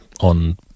on